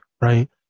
right